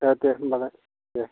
दे दे होमबालाय दे